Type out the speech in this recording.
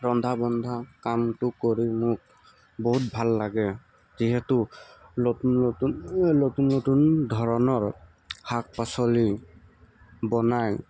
ৰন্ধা বন্ধা কামটো কৰি মোক বহুত ভাল লাগে যিহেতু লতুন লতুন নতুন নতুন ধৰণৰ শাক পাচলি বনাই